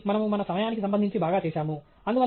కాబట్టి మనము మన సమయానికి సంబంధించి బాగా చేశాము